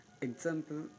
Example